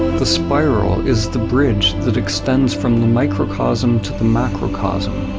the spiral is the bridge that extends from the microcosm to the macrocosm.